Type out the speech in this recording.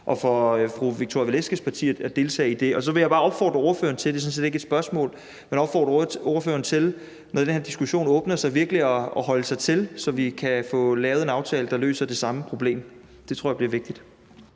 og fra fru Victoria Velasquez' parti, at deltage i det. Og så vil jeg bare opfordre ordføreren til, at man nu – det er sådan set ikke et spørgsmål – hvor vi har åbnet den her diskussion, så virkelig holder sig til, så vi kan få lavet en aftale, der løser det samme problem. Det tror jeg bliver vigtigt.